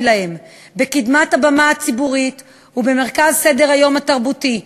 להן: בקדמת הבמה הציבורית ובמרכז סדר-היום התרבותי.